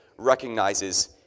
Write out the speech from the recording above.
recognizes